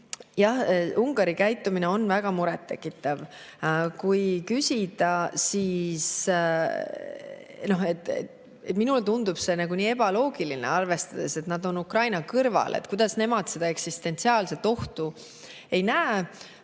jah, Ungari käitumine on väga murettekitav. Kui küsida, siis minule tundub see nii ebaloogiline, arvestades, et nad on Ukraina kõrval. Kuidas nemad seda eksistentsiaalset ohtu ei näe?